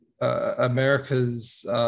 America's